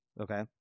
Okay